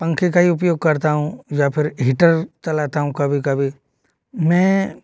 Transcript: पंखे का ही उपयोग करता हूँ या फिर हीटर चलाता हूँ कभी कभी मैं